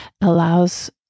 allows